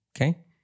okay